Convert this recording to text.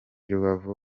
rubavu